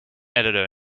editor